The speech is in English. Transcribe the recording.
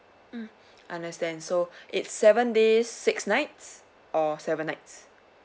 mm understand so it seven days six nights or seven nights